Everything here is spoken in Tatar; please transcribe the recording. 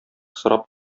сорап